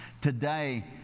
Today